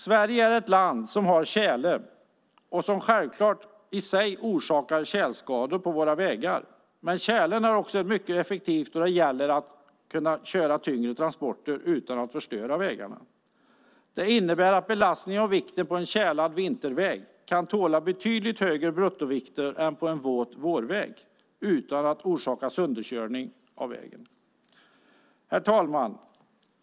Sverige är ett land som har tjäle, vilket i sig orsakar tjälskador på våra vägar, men tjälen är också mycket effektiv när det gäller att köra tyngre transporter utan att förstöra vägarna. En tjälad vinterväg kan tåla betydligt högre bruttovikter än en våt vårväg utan att bli sönderkörd. Herr talman!